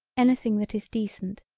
anything that is decent,